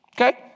Okay